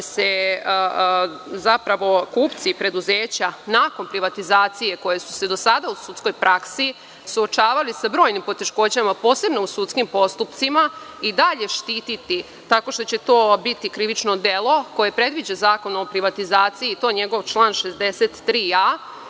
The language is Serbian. da će se kupci, preduzeća nakon privatizacije koje su se dosada u sudskoj praksi suočavala sa brojnim poteškoćama, posebno u sudskim postupcima, i dalje štititi tako što će to biti krivično delo koje predviđa Zakon o privatizaciji, njegov član 63a,